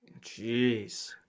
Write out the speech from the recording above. Jeez